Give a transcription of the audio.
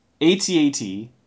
ATAT